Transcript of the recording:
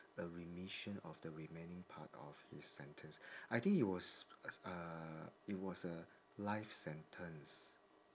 a remission of the remaining part of his sentence I think he was uh it was a life sentence